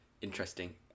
Interesting